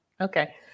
okay